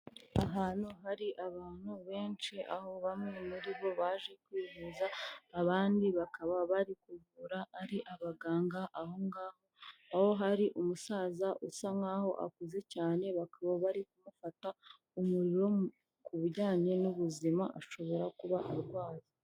Ahantu hari abantu benshi aho bamwe muri bo baje kwivuza abandi bakaba bari kuvura ari abaganga aho ngaho, aho hari umusaza usa nk'aho akuze cyane bakaba bari kumufata umuriro ku bijyanye n'ubuzima ashobora kuba arwaye.